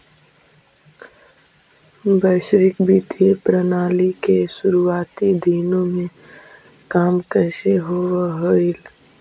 वैश्विक वित्तीय प्रणाली के शुरुआती दिनों में काम कैसे होवअ हलइ